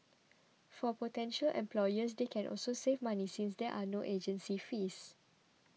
for potential employers they can also save money since there are no agency fees